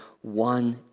one